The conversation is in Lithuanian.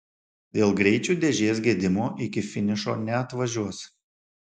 dėl greičių dėžės gedimo iki finišo neatvažiuos